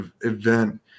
event